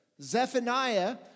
Zephaniah